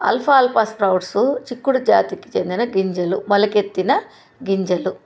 అల్ఫాల్ఫా sprouts చిక్కుడు జాతికి చెందిన గింజలు మొలక ఎత్తిన గింజలు